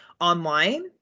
online